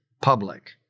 public